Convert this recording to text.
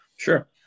Sure